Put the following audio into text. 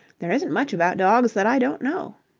there isn't much about dogs that i don't know.